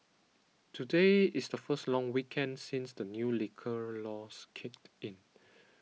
today is the first long weekend since the new liquor laws kicked in